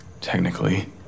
Technically